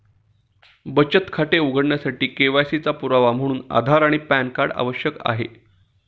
बचत खाते उघडण्यासाठी के.वाय.सी चा पुरावा म्हणून आधार आणि पॅन कार्ड आवश्यक आहे